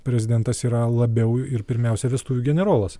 prezidentas yra labiau ir pirmiausia vestuvių generolas